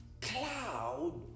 cloud